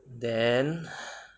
then